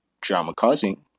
drama-causing